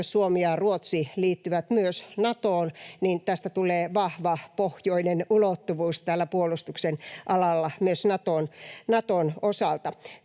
myös Suomi ja Ruotsi liittyvät Natoon, niin tästä tulee vahva pohjoinen ulottuvuus tällä puolustuksen alalla myös Naton osalta.